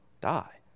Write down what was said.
die